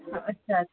अच्छा अच्छा